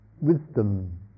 Wisdom